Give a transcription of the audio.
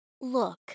Look